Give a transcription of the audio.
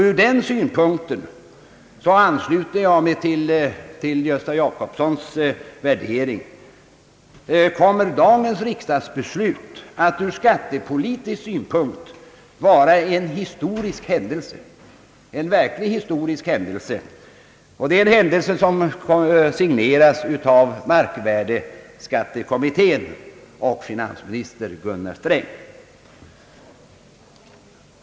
I en synpunkt ansluter jag mig helt till herr Gösta Jacobssons värdering. Dagens riksdagsbeslut kommer att ur skatttepolitisk synpunkt bli en verkligt historisk händelse — en händelse som signeras av markvärdeskattekommittén och finansminister Gunnar Sträng.